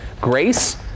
grace